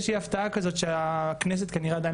זו איזו שהיא הפתעה כזאת שהכנסת כנראה עדיין